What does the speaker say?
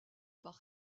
par